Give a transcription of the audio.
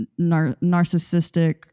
narcissistic